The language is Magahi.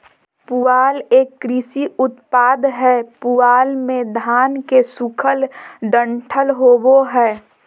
पुआल एक कृषि उपोत्पाद हय पुआल मे धान के सूखल डंठल होवो हय